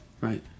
Right